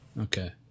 Okay